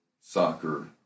soccer